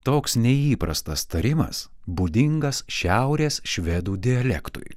toks neįprastas tarimas būdingas šiaurės švedų dialektui